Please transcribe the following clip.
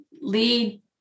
lead